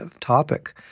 topic